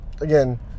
again